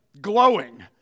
glowing